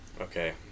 Okay